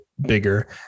bigger